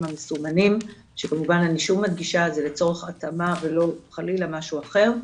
המסומנים שכמובן שאני שוב מדגישה זה לצורך התאמה ולא חלילה משהו אחר.